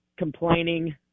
complaining